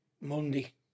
Monday